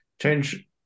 change